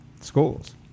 schools